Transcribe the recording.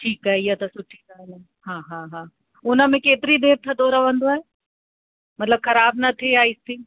ठीकु आहे इहा त सुठी ॻाल्हि आहे हा हा हुन में केतिरी देरि थधो रहंदो आहे मतलबु ख़राबु न थिए आइस्क्रीम